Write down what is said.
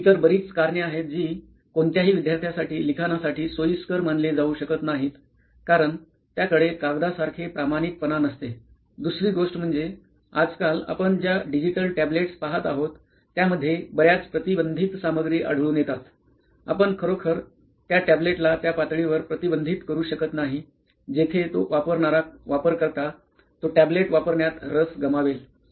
आणि इतर बरीच कारणे आहेत जी कोणत्याही विद्यार्थ्यासाठी लिखाणासाठी सोईस्कर मानले जाऊ शकत नाहीत कारण त्याकडे कागदासारखे प्रामाणिकपणा नसते दुसरी गोष्ट म्हणजे आजकाल आपण ज्या डिजिटल टॅब्लेट्स पहात आहोत त्यामध्ये बर्याच प्रतिबंधित सामग्री आढळून येतात आपण खरोखर त्या टॅब्लेटला त्या पातळीवर प्रतिबंधित करू शकत नाही जेथे तो वापरणारा वापरकर्ता तो टॅबलेट वापरण्यात रस गमावेल